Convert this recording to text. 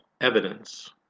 evidence